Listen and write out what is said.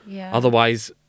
otherwise